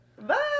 Bye